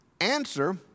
answer